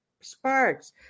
Sparks